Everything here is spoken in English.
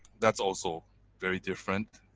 that's also very different.